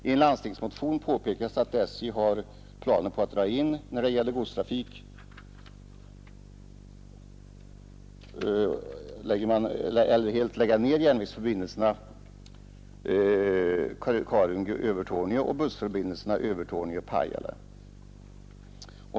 I en landstingsmotion påpekas att SJ har planer på att när det gäller godstrafik lägga ned järnvägsförbindelserna Karungi-Övertorneå och bussförbindelserna Övertorneå—Pajala.